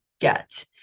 get